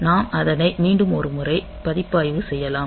நாம் அதனை மீண்டும் ஒரு முறை மதிப்பாய்வு செய்யலாம்